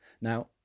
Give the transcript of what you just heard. Now